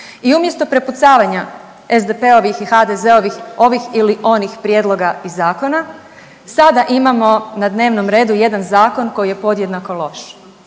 I umjesto prepucavanja SDP-ovih i HDZ-ovih ovih ili onih prijedloga i zakona sada imamo na dnevnom redu jedan zakon koji je podjednako loš,